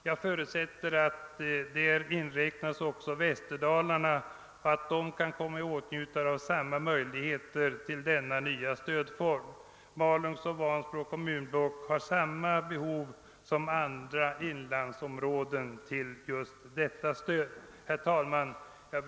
Jag förutsätter att däri inräknas Västerdalarna och att denna del kan komma i åtnjutande av samma möjligheter när det gäller den nya stödformen. Malungs och Vansbro kommunblock har samma behov som andra inlandsområden av just detta stöd. Herr talman!